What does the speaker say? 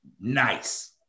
nice